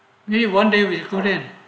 yea one day we go there